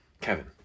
Kevin